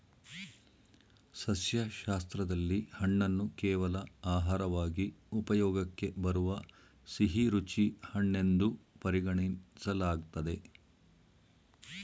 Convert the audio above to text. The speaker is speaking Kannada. ಸಸ್ಯಶಾಸ್ತ್ರದಲ್ಲಿ ಹಣ್ಣನ್ನು ಕೇವಲ ಆಹಾರವಾಗಿ ಉಪಯೋಗಕ್ಕೆ ಬರುವ ಸಿಹಿರುಚಿ ಹಣ್ಣೆನ್ದು ಪರಿಗಣಿಸಲಾಗ್ತದೆ